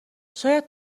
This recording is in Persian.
شاید